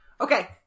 Okay